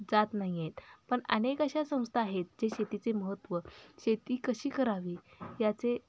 जात नाही आहेत पण अनेक अशा संस्था आहेत जे शेतीचे महत्त्व शेती कशी करावी याचे